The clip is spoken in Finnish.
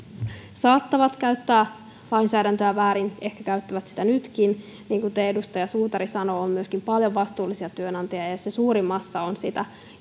saattavat käyttää lainsäädäntöä väärin ehkä käyttävät sitä väärin nytkin niin kuten edustaja suutari sanoo on myöskin paljon vastuullisia työnantajia ja se suuri massa on sitä